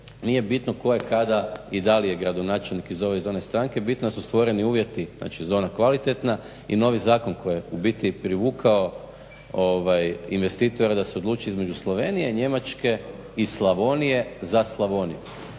nije bitno ko je kada i da li je gradonačelnik iz ove ili one stranke, bitno da su stvorene uvjeti, znači zona kvalitetna i novi zakon koji je ubiti privukao investitora da se odluči između Slovenije, Njemačke i Slavonije, za Slavoniju.